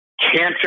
cancer